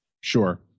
sure